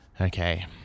Okay